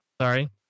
sorry